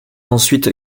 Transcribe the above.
ensuite